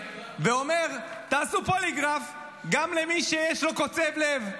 ואומר: תעשו פוליגרף גם למי שיש לו קוצב לב.